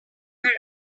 where